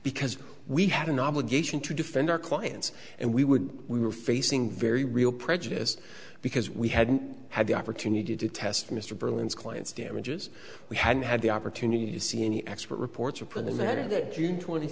because we had an obligation to defend our clients and we would we were facing very real prejudice because we hadn't had the opportunity to test mr berlin's client's damages we hadn't had the opportunity to see any expert reports or printing that ended june twenty